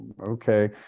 okay